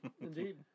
Indeed